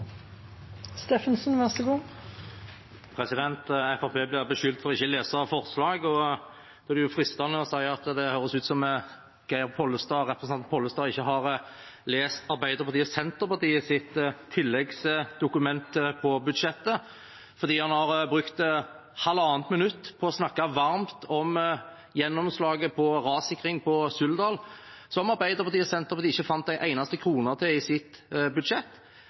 det fristende å si at det høres ut som representanten Pollestad ikke har lest Arbeiderpartiet og Senterpartiets tilleggsdokument til budsjettet, for han har brukt halvannet minutt på å snakke varmt om gjennomslaget når det gjelder rassikring i Suldal, som Arbeiderpartiet og Senterpartiet ikke fant en eneste krone til i sitt budsjett.